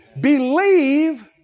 Believe